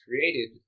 created